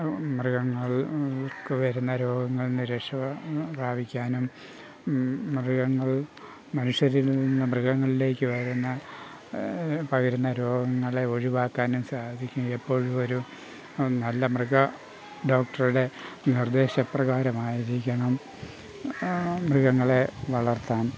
മൃഗങ്ങൾക്ക് വരുന്ന രോഗങ്ങളിൽ നിന്ന് രക്ഷ പ്രാപിക്കാനും മൃഗങ്ങൾ മനുഷ്യരിൽ നിന്നു മൃഗങ്ങളിലേക്ക് വരുന്ന പകരുന്ന രോഗങ്ങളെ ഒഴിവാക്കാനും സാധിക്കും എപ്പോഴും ഒരു നല്ല മൃഗ ഡോക്ടറുടെ നിർദ്ദേശപ്രകാരമായിരിക്കണം മൃഗങ്ങളെ വളർത്താൻ